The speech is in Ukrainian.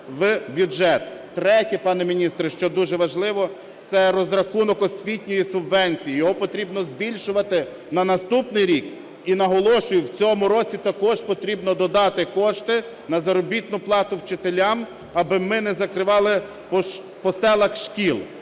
в бюджет. Третє, пане міністр, що дуже важливо, – це розрахунок освітньої субвенції. Його потрібно збільшувати на наступний рік, і, наголошую, в цьому році також потрібно додати кошти на заробітну плату вчителям, аби ми не закривали по селах шкіл.